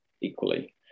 equally